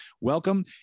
Welcome